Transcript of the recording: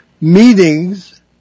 meetings